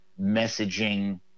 messaging